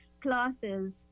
classes